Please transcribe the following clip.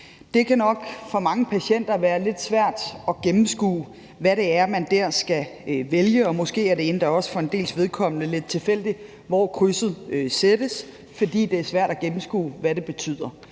Det kan nok for mange patienter være lidt svært at gennemskue, hvad det er, de skal vælge, og måske er det endda også for en dels vedkommende lidt tilfældigt, hvor krydset sættes, fordi det er svært at gennemskue, hvad det betyder.